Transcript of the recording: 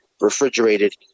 refrigerated